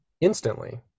instantly